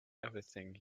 everything